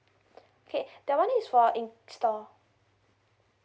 okay that one is for in store